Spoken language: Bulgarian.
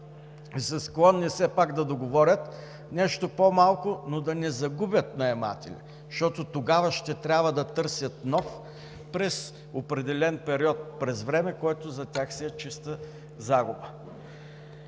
и са склонни все пак да договорят нещо по-малко, но да не загубят наематели, защото тогава ще трябва да търсят нов през определен период, през време, което за тях си е чиста загуба.